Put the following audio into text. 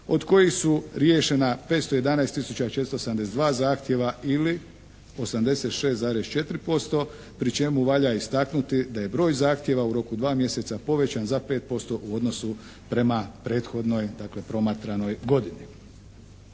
od kojih su riješena 511 tisuća 472 zahtjeva ili 86,4% pri čemu valja istaknuti da je broj zahtjeva u roku 2 mjeseca povećan za 5% u odnosu prema prethodnoj dakle promatranoj godini.